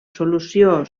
solució